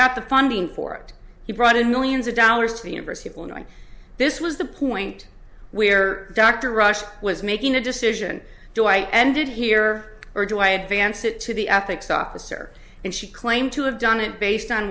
got the funding for it he brought in millions of dollars to the university of illinois this was the point where dr rush was making a decision do i ended here or do i advance it to the ethics officer and she claimed to have done it based on